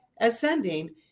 ascending